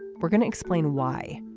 we're going to explain why.